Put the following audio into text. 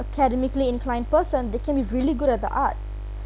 ~cademically inclined person they can be really good at the arts